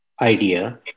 idea